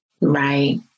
Right